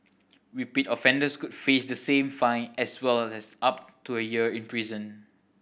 repeat offenders could face the same fine as well as up to a year in prison